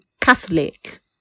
Catholic